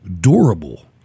durable